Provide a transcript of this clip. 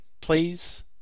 please